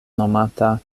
nomata